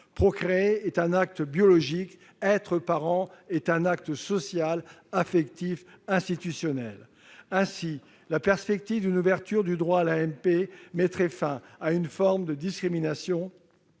procréer est un acte biologique ; être parent est un acte social, affectif, institutionnel. Ainsi, l'ouverture du droit à l'AMP mettrait fin à une forme de discrimination : toute